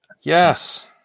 Yes